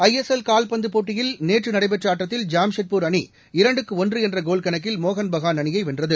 ISL கால்பந்துப் போட்டியில் நேற்று நடைபெற்ற ஆட்டத்தில் ஜாம்ஷெட்பூர் அணி இரண்டுக்கு ஒன்று என்ற கோல் கணக்கில் மோகன் பகான் அணியை வென்றது